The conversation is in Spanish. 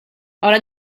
ahora